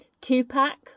two-pack